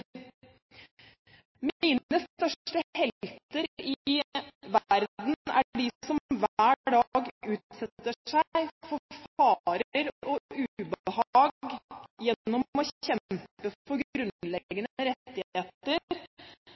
Mine største helter i verden er de som hver dag utsetter seg for farer og ubehag gjennom å kjempe for grunnleggende rettigheter